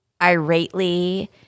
irately